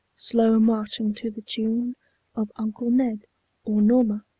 slow marching to the tune of uncle ned or norma,